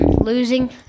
losing